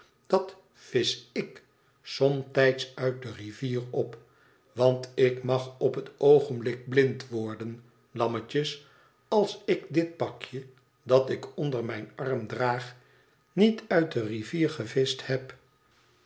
dat visch ik somtijds uit de rivier op want ik mag op het oogenblik blind worden lammetjes als ik dit pakje dat ik onder mijn arm draag niet uit de rivier gevischt heb